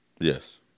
Yes